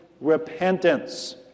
repentance